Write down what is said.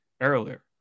earlier